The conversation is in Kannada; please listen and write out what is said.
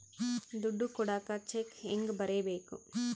ದುಡ್ಡು ಕೊಡಾಕ ಚೆಕ್ ಹೆಂಗ ಬರೇಬೇಕು?